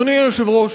אדוני היושב-ראש,